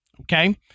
Okay